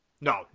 No